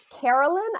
Carolyn